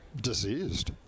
diseased